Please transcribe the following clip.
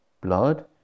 blood